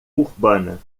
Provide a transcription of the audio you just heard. urbana